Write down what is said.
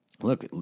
look